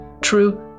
True